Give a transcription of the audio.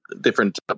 different